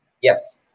Yes